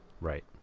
Right